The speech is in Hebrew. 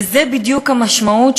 וזו בדיוק המשמעות,